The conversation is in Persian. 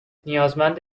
نیازمند